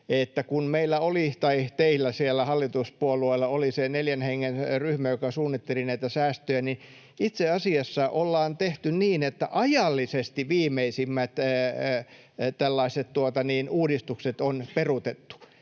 se, että kun teillä hallituspuolueilla oli se neljän hengen ryhmä, joka suunnitteli näitä säästöjä, niin itse asiassa ollaan tehty niin, että ajallisesti viimeisimmät tällaiset uudistukset on peruutettu.